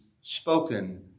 spoken